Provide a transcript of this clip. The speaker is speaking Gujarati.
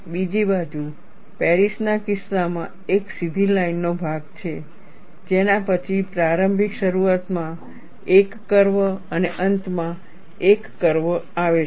બીજી બાજુ પેરિસના કિસ્સામાં એક સીધી લાઇન નો ભાગ છે જેના પછી પ્રારંભિક શરૂઆતમાં એક કર્વ અને અંતમાં એક કર્વ આવે છે